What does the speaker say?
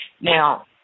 Now